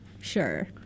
Sure